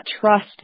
trust